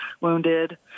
wounded